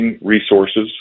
resources